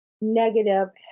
negative